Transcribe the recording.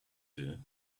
dear